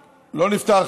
לא, זה לא נפתר.